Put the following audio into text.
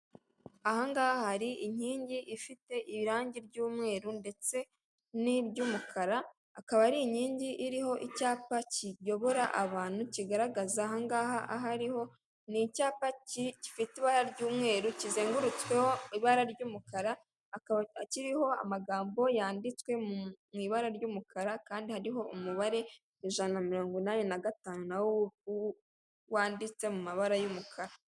Ahangaha hari inkingi ifite irangi ry'umweru ndetse ni ry'umukara akaba ari inkingi iriho icyapa kiyobora abantu kigaragaza ahariho, ni icyapa gifite ibara ry'umweru kizengurutsweho ibara ry'umukara kiriho amagambo yanditswe mui ibara ry'umukara kandi hariho umubare ijana na mirongo inani na gatanu nawo wanditse mu mabara y'umukara .